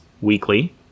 weekly